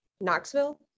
knoxville